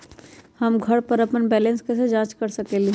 हम घर पर अपन बैलेंस कैसे जाँच कर सकेली?